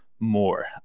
More